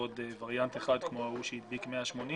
עוד וריאנט אחד כמו ההוא שהדביק 180,